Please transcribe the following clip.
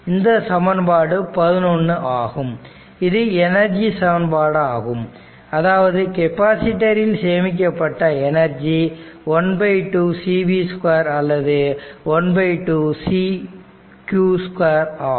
இந்த சமன்பாடு 11 ஆகும் இது எனர்ஜி சமன்பாடு ஆகும் அதாவது கெபாசிட்டர் இல் சேமிக்கப்பட்ட எனர்ஜி 12 cv 2 அல்லது 12 c q 2 ஆகும்